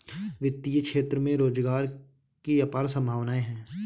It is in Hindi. वित्तीय क्षेत्र में रोजगार की अपार संभावनाएं हैं